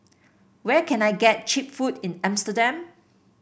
where can I get cheap food in Amsterdam